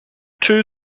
two